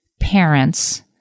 parents